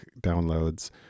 downloads